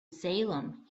salem